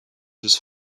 his